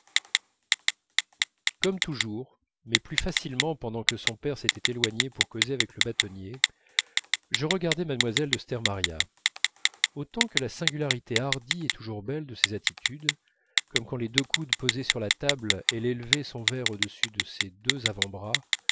comme toujours mais plus facilement pendant que son père s'était éloigné pour causer avec le bâtonnier je regardais mlle de stermaria autant que la singularité hardie et toujours belle de ses attitudes comme quand les deux coudes posés sur la table elle élevait son verre au-dessus de ses deux avant-bras